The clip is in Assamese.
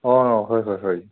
অঁ হয় হয় হয়